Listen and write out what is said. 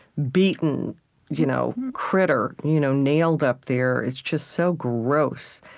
beaten you know critter you know nailed up there, it's just so gross.